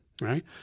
right